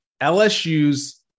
LSU's